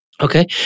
Okay